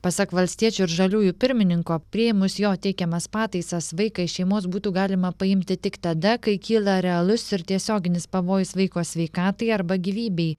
pasak valstiečių ir žaliųjų pirmininko priėmus jo teikiamas pataisas vaiką iš šeimos būtų galima paimti tik tada kai kyla realus ir tiesioginis pavojus vaiko sveikatai arba gyvybei